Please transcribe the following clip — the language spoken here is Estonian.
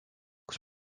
kus